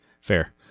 fair